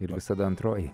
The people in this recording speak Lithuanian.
ir visada antroji